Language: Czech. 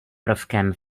prvkem